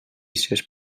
ses